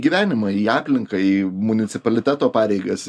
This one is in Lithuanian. gyvenimą į aplinką į municipaliteto pareigas